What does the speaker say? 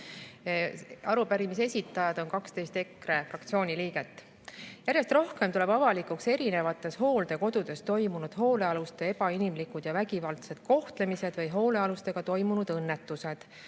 Arupärimise esitajad on EKRE fraktsiooni 12 liiget. Järjest rohkem tuleb avalikuks eri hooldekodudes toimunud hoolealuste ebainimlikku ja vägivaldset kohtlemist või hoolealustega toimunud õnnetusi.